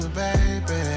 baby